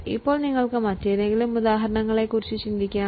ഇപ്പോൾ നിങ്ങൾക്ക് മറ്റേതെങ്കിലും ഉദാഹരണത്തെക്കുറിച്ച് ചിന്തിക്കാം